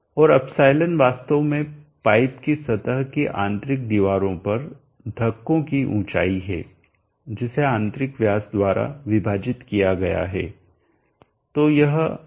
और ε वास्तव में पाइप की सतह की आंतरिक दीवारों पर धक्कों की ऊंचाई है जिसे आंतरिक व्यास द्वारा विभाजित किया गया है